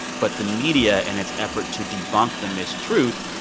but the media, in its effort to debunk the mistruth,